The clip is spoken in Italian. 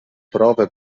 prove